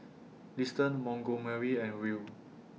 Liston Montgomery and Ruel